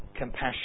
Compassion